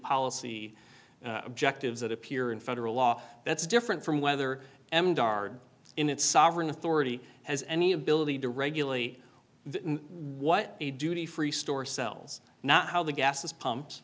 policy objectives that appear in federal law that's different from whether m dard in its sovereign authority has any ability to regulate what a duty free store sells not how the gas pumps